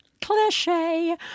cliche